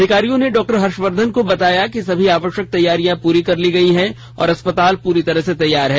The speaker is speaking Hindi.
अधिकारियों ने डॉक्टर हर्षवर्धन को बताया कि सभी आवश्यक तैयारियां पूरी कर ली गई हैं और अस्पताल पूरी तरह से तैयार हैं